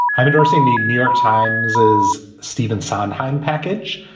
i'm endorsing the new york times is stephen sondheim package,